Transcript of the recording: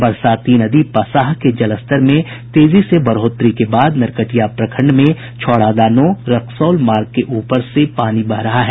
बरसाती नदी पसाह के जलस्तर में तेजी से बढ़ोतरी के बाद नरकटिया प्रखंड में छौड़ादानो रक्सौल मार्ग के ऊपर से पानी बह रहा है